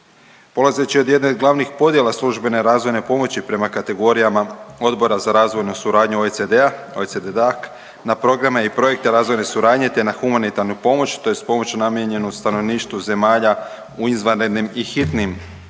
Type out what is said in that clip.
Polazeći od jedne od glavnih podjela službene razvojne pomoći prema kategorijama Odbora za razvojnu suradnju OECD-a, OECD DAC, na programe i projekte razvojne suradnje, te na humanitarnu pomoć tj. pomoć namijenjenu stanovništvu zemalja u izvanrednim i hitnim kriznim